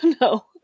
No